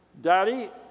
Daddy